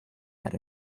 had